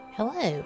Hello